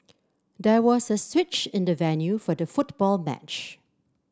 there was a switch in the venue for the football match